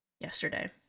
yesterday